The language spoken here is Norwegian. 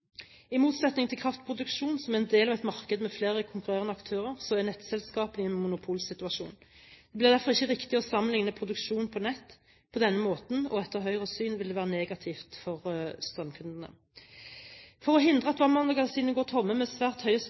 I motsetning til kraftproduksjon, som er en del av et marked med flere konkurrerende aktører, så er nettselskapene i en monopolsituasjon. Det blir derfor ikke riktig å sammenligne produksjon og nett på denne måten. Etter Høyres syn vil det være negativt for strømkundene. For å hindre at vannmagasinene går tomme, med svært